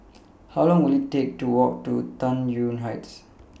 How Long Will IT Take to Walk to Tai Yuan Heights